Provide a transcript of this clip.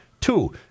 Two